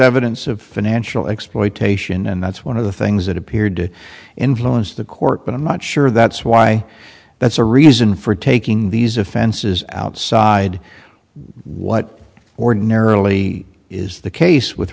evidence of financial exploitation and that's one of the things that appeared to influence the court but i'm not sure that's why that's a reason for taking these offenses outside what ordinarily is the case with